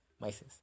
mice